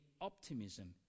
optimism